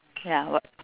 ya what